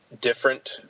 different